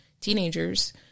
teenagers